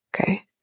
Okay